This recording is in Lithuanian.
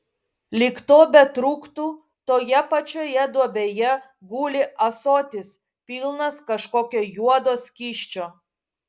lyg to betrūktų toje pačioje duobėje guli ąsotis pilnas kažkokio juodo skysčio